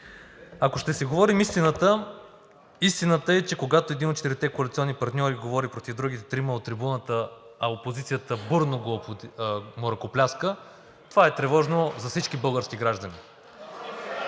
Ако ще си говорим истината – истината е, че когато един от четирите коалиционни партньори говори против другите трима от трибуната, а опозицията бурно му ръкопляска, това е тревожно за всички български граждани.